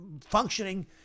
functioning